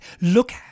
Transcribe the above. look